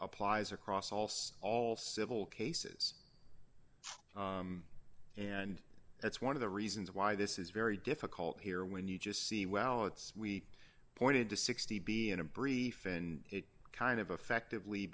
applies across all six all civil cases and that's one of the reasons why this is very difficult here when you just see well it's we pointed to sixty be in a brief in a kind of affective